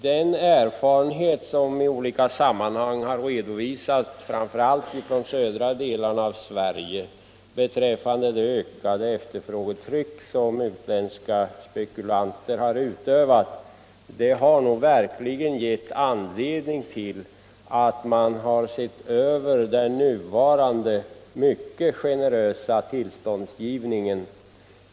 Den erfarenhet som i olika sammanhang har redovisats, framför allt från södra delarna av Sverige, beträffande det ökade efterfrågetrycket som utländska spekulanter har utövat, har verkligen gett anledning att 183 se över den nuvarande mycket generösa tillståndsgivningen.